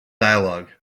dialogue